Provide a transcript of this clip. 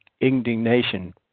indignation